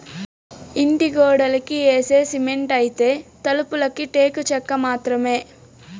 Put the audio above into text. ఇంటి గోడలకి యేసే సిమెంటైతే, తలుపులకి టేకు చెక్క మాత్రమే